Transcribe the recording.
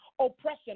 oppression